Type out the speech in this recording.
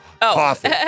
Coffee